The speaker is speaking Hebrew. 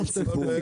בישיבה, אתה מטעה.